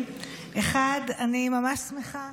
אחד, אני ממש שמחה